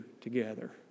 together